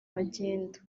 magendu